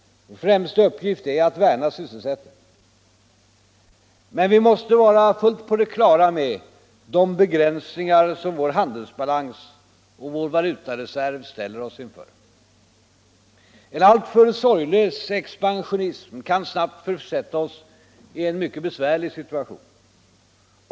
Vår främsta uppgift är att värna sysselsättningen. Men vi måste vara fullt på det klara med de begränsningar som vår handelsbalans och vår valutareserv ställer oss inför. En alltför sorglös expansionism kan snabbt försätta oss i en mycket besvärlig situation.